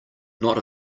not